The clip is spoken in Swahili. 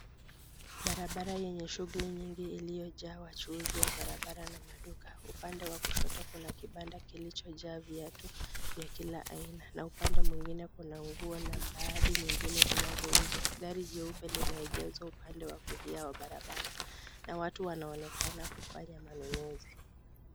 Barabara yenye shughuli nyingi ilio jaa wachuuzi wa barabara na maduka. Upande wa kushoto kuna kibanda ilio jaa viatu ya kila aina na upande mwingine kuna nguo na baadhi nyingine zinazo uzwa, gari jeupe lime egezwa upande wa kulia wa barabara na watu wengine wana onekana kufanya manunuzi.